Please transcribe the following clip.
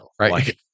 right